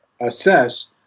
assess